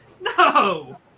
No